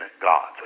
gods